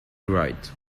right